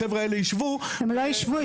החבר'ה האלה יישבו --- הם לא יישבו.